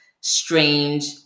strange